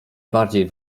bardziej